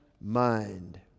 mind